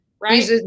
right